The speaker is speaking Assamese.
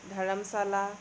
ধৰমশালা